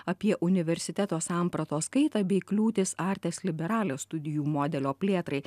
apie universiteto sampratos kaitą bei kliūtis artes liberales studijų modelio plėtrai